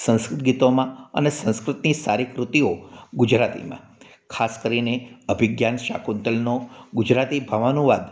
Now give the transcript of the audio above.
સંસ્કૃત ગીતોમાં અને સંસ્કૃતની સારી કૃતિઓ ગુજરાતીમાં ખાસ કરીને અભિજ્ઞાન શાકુન્તલમ્ નો ગુજરાતીભાવ અનુવાદ